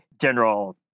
general